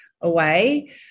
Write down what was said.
away